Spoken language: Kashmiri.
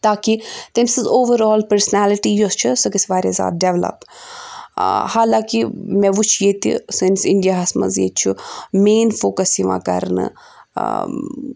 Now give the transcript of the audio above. تاکہِ تٔمۍ سٕنٛز اوٚوَرآل پٔرسٔنیلٹی یۄس چھِ سۄ گژھہِ واریاہ زیادٕ ڈیٚولَپ ٲں حالانٛکہِ مےٚ وُچھ ییٚتہِ سٲنِس اِنڈیا ہَس منٛز ییٚتہِ چھُ مین فوکَس یِوان کَرنہٕ اۭں